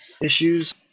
issues